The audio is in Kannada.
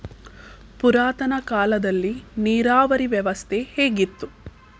ಪುರಾತನ ಕಾಲದಲ್ಲಿ ನೀರಾವರಿ ವ್ಯವಸ್ಥೆ ಹೇಗಿತ್ತು?